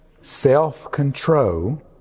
self-control